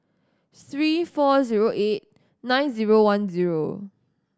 three four zero eight nine zero one zero